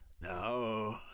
No